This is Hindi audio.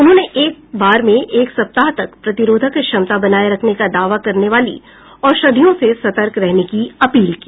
उन्होंने एक बार में एक सप्ताह तक प्रतिरोधक क्षमता बनाए रखने का दावा करने वाली औषधियों से सतर्क रहने की अपील की